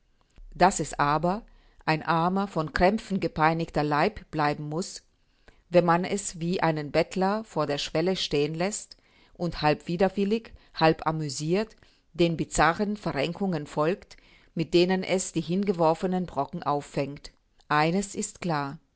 daß es aber ein armer von krämpfen gepeinigter leib bleiben muß wenn man es wie einen bettler vor der schwelle stehen läßt und halb widerwillig halb amüsiert den bizarren verrenkungen folgt mit denen es die hingeworfenen brocken auffängt eines ist klar